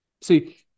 see